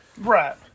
Right